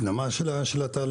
הפנמה של התהליכים,